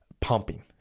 pumping